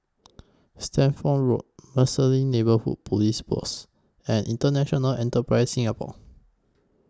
Stamford Road Marsiling Neighbourhood Police Post and International Enterprise Singapore